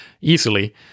easily